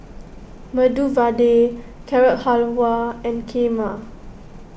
Medu Vada Carrot Halwa and Kheema